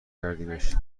کردیمش